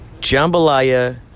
Jambalaya